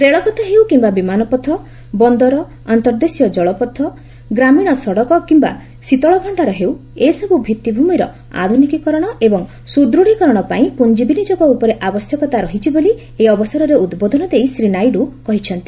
ରେଳପଥ ହେଉ କିମ୍ବା ବିମାନପଥ ବନ୍ଦର ଆର୍ନ୍ତଦେଶୀୟ ଜଳପଥ ଗ୍ରାମୀଣ ସଡକ କିମ୍ବା ଶୀତଳ ଭଣ୍ଡାର ହେଉ ଏସବୁ ଭିତ୍ତିଭୂମିର ଆଧୁନିକୀକରଣ ଏବଂ ସୁଦୃତୀକରଣ ପାଇଁ ପୁଞ୍ଜିବିନିଯୋଗ ଉପରେ ଆବଶ୍ୟକତା ରହିଛି ବୋଲି ଏହି ଅବସରରେ ଉଦ୍ବୋଧନ ଦେଇ ଶ୍ରୀ ନାଇଡୁ କହିଛନ୍ତି